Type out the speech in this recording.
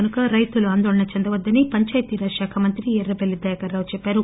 కనుక రైతులు ఆందోళన చెందవద్దని పంచాయితీరాజ్ శాఖ మంత్రి ఎర్రబెల్లి దయాకర్రావు అన్నారు